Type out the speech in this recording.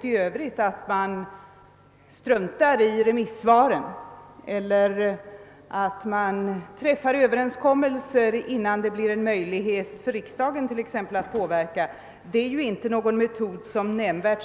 Förs farandet att man struntar i remissvaren eller att man träffar överenskommelser innan riksdagen har fått möjlighet att uttala sig skiljer sig inte nämnvärt